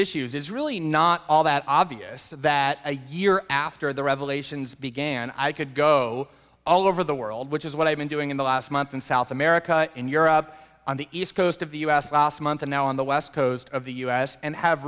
issues is really not all that obvious that a year after the revelations began i could go all over the world which is what i've been doing in the last month in south america in europe on the east coast of the u s last month and now on the west coast of the u s and have